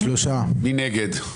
מי נגד?